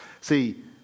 See